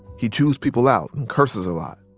he chews people out and curses a lot.